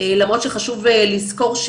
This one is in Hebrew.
למרות שחשוב לזכור,